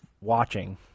watching